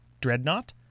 Dreadnought